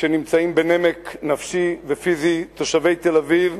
שנמצאים בנמק נפשי ופיזי, תושבי תל-אביב,